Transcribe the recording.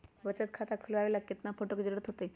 बचत खाता खोलबाबे ला केतना फोटो के जरूरत होतई?